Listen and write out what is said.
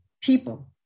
people